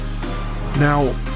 Now